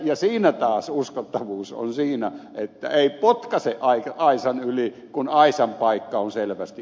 ja siinä taas uskottavuus on siinä että ei potkaise aisan yli kun aisan paikka on selvästi